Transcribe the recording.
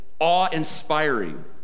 awe-inspiring